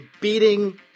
beating